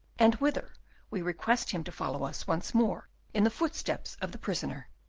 and whither we request him to follow us once more in the footsteps of the prisoner,